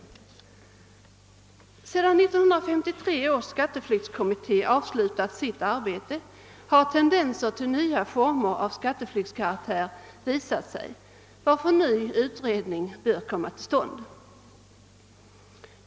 Sedan 1953 års skatteflyktskommitté avslutat sitt arbete har tendenser till nya former av skatteflykt visat sig, varför ny utredning bör komma till stånd.